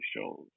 shows